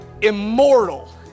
Immortal